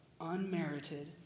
unmerited